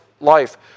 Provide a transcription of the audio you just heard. life